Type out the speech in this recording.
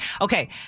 Okay